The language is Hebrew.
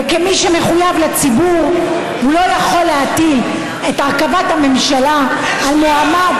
וכמי שמחויב לציבור הוא לא יכול להטיל את הרכבת הממשלה על מועמד,